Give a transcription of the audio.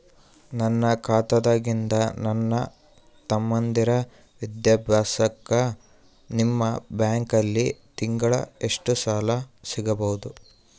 ನನ್ನ ಖಾತಾದಾಗಿಂದ ನನ್ನ ತಮ್ಮಂದಿರ ವಿದ್ಯಾಭ್ಯಾಸಕ್ಕ ನಿಮ್ಮ ಬ್ಯಾಂಕಲ್ಲಿ ತಿಂಗಳ ಎಷ್ಟು ಸಾಲ ಸಿಗಬಹುದು?